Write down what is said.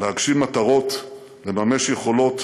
להגשים מטרות, לממש יכולות,